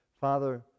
Father